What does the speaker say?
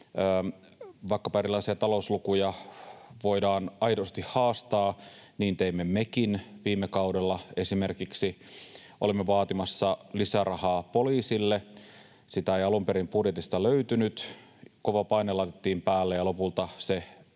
vaikkapa erilaisia talouslukuja voidaan aidosti haastaa. Niin teimme mekin viime kaudella, esimerkiksi olimme vaatimassa lisärahaa poliisille. Sitä ei alun perin budjetista löytynyt. Kova paine laitettiin päälle, ja lopulta se